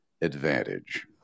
advantage